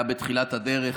היה בתחילת הדרך,